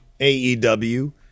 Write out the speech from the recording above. AEW